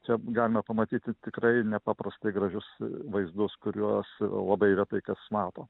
čia galima pamatyti tikrai nepaprastai gražius vaizdus kuriuos labai retai kas mato